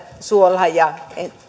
suolaan ja